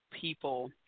people